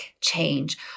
change